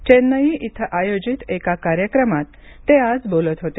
चेन्नई इथं आयोजित एका कार्यक्रमात ते आज बोलत होते